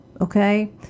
Okay